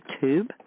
tube